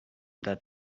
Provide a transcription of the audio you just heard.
that